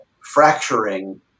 fracturing